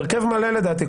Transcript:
בהרכב מלא לדעתי,